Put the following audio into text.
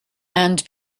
and